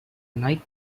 night